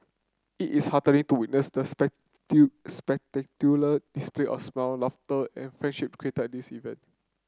it is heartening to witness the display of smile laughter and friendship created at this event